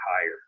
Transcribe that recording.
higher